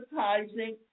advertising